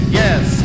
yes